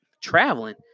traveling